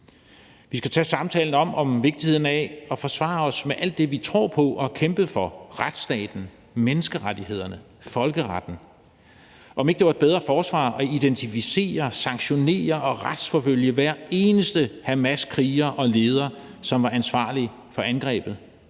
Vi skal tage samtalen om vigtigheden af at forsvare os med alt det, vi tror på og har kæmpet for: retsstaten, menneskerettighederne, folkeretten, og om, om ikke det var et bedre forsvar at identificere, sanktionere og retsforfølge hver eneste Hamaskriger og -leder, som var ansvarlig for angrebet,